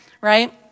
right